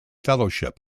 fellowship